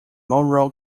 monroe